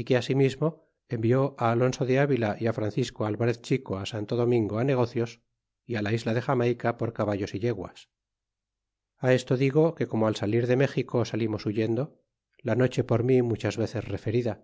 y que asimismo envió á alonso de avila y francisco alvarez chico santo domingo negocios y la isla de jamayca por caballos é yeguas a esto digo que como al salir de méxico salimos huyendo la noche por mi muchas veces referida